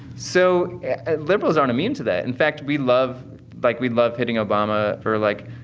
so liberals aren't immune to that. in fact, we love like, we love hitting obama for, like,